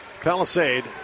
Palisade